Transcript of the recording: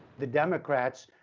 the democrats,